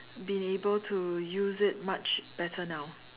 been able to use it much better now